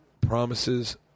promises